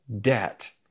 debt